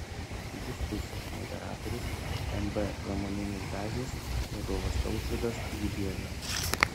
diskusijos moderatorius mb pramoninis dažnis vadovas tautvydas gibieža